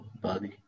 body